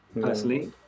personally